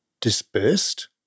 dispersed